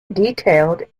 detailed